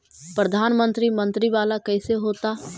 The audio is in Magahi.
प्रधानमंत्री मंत्री वाला कैसे होता?